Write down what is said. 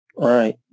Right